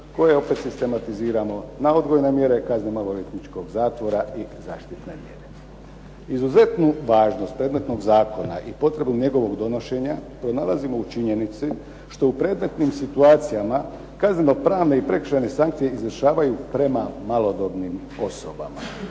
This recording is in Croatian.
koje opet sistematiziramo na odgojne mjere, kazne maloljetničkog zatvora i zaštitne mjere. Izuzetnu važnost predmetnog zakona i potrebu njegovog donošenja pronalazimo u činjenici što u predmetnim situacijama kaznenopravne i prekršajne sankcije izvršavaju prema malodobnim osobama,